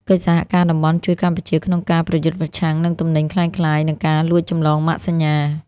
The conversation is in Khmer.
កិច្ចសហការតំបន់ជួយកម្ពុជាក្នុងការប្រយុទ្ធប្រឆាំងនឹងទំនិញក្លែងក្លាយ និងការលួចចម្លងម៉ាកសញ្ញា។